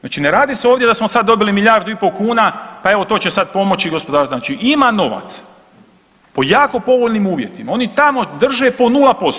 Znači ne radi se ovdje da smo sad dobili milijardu i po kuna, pa evo to će sad pomoći gospodarstvu, znači ima novaca po jako povoljnim uvjetima, oni tamo drže po 0%